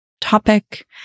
topic